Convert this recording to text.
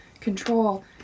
control